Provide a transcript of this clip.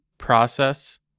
process